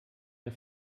der